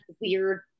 weird